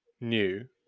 new